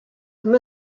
are